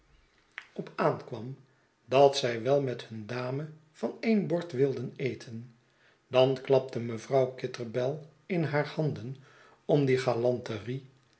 op aankwam dat zij wel met hun dame van een bord wilden eten dan klapte mevrouw kitterbell in haar handen om die